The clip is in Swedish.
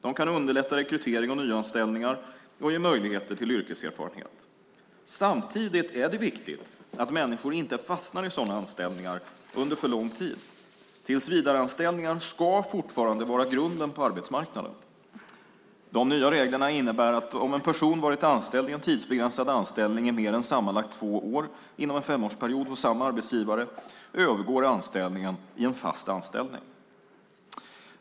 De kan underlätta rekrytering och nyanställningar och ger möjligheter till yrkeserfarenhet. Samtidigt är det viktigt att människor inte fastnar i sådana anställningar under för lång tid. Tillsvidareanställningar ska fortfarande vara grunden på arbetsmarknaden. De nya reglerna innebär att om en person har varit anställd i en tidsbegränsad anställning i mer än sammanlagt två år inom en femårsperiod hos samma arbetsgivare övergår anställningen i en fast anställning.